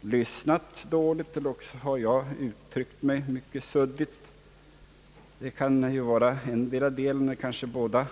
lyssnat dåligt eller också har jag uttryckt mig litet suddigt — det kan vara endera delen eller kanske båda.